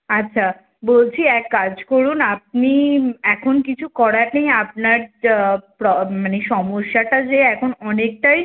আচ্ছা বলছি এক কাজ করুন আপনি এখন কিছু করার নেই আপনার প্রব্লেম মানে সমস্যাটা যে এখন অনেকটাই